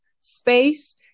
space